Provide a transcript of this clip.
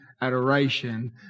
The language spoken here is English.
adoration